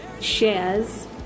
shares